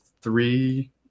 three